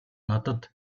надад